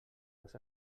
dos